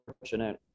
fortunate